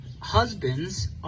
husbands